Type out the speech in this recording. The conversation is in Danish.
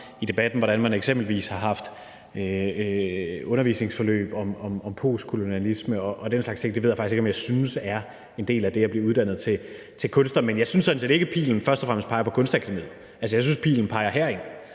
i debatten, hvordan man eksempelvis har haft undervisningsforløb om postkolonialisme og den slags ting. Det ved jeg faktisk ikke om jeg synes er en del af det at blive uddannet til kunstner. Men jeg synes sådan set ikke, at pilen først og fremmest peger på Kunstakademiet. Jeg synes, at pilen peger herind